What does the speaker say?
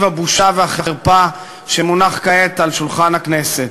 הבושה והחרפה שמונח כעת על שולחן הכנסת.